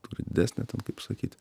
turi didesnę ten kaip sakyt